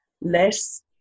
less